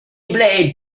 played